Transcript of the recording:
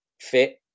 fit